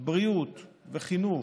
בריאות וחינוך,